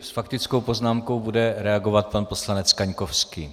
S faktickou poznámkou bude reagovat pan poslanec Kaňkovský.